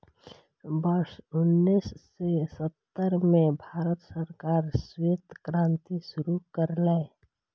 वर्ष उन्नेस सय सत्तर मे भारत सरकार श्वेत क्रांति शुरू केलकै